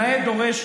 נאה דורש,